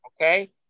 Okay